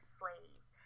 slaves